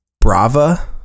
Brava